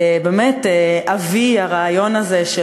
באמת אבי הרעיון הזה,